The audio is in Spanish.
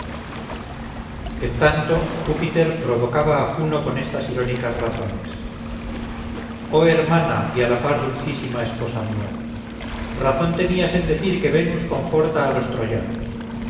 en tanto júpiter provocaba a juno con estas irónicas razones oh hermana y a la par dulcísima esposa mía razón tenías en decir que venus conforta a los troyanos